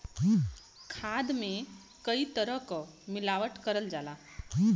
खाद में कई तरे क मिलावट करल जाला